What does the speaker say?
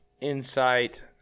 insight